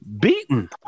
beaten